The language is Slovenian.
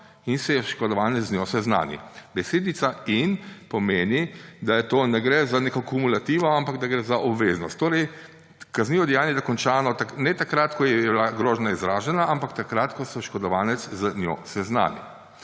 in se oškodovanec z njo seznani. Besedica »in« pomeni, da to ne gre za neko kumulativno, ampak da gre za obveznost. Torej, kaznivo dejanje je dokončano ne takrat, ko je bila grožnja izražena, ampak takrat, ko se oškodovanec z njo seznani.